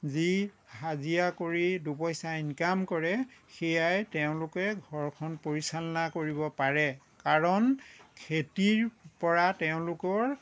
যি হাজিৰা কৰি দুপইচা ইনকাম কৰে সেইয়াই তেওঁলোকে ঘৰখন পৰিচালনা কৰিব পাৰে কাৰণ খেতিৰ পৰা তেওঁলোকৰ